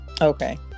okay